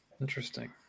Interesting